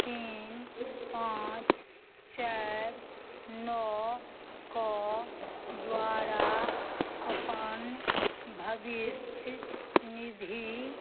तीन पाँच चारि नओ के द्वारा अपन भविष्य निधि